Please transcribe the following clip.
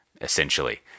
essentially